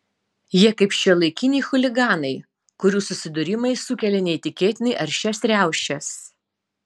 jie kaip šiuolaikiniai chuliganai kurių susidūrimai sukelia neįtikėtinai aršias riaušes